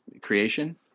creation